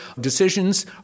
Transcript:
decisions